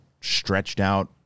stretched-out